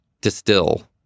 distill